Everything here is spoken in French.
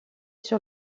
sur